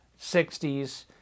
60s